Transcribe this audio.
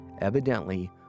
Evidently